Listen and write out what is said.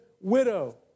widow